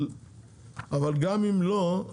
אבל גם אם לא,